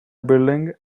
building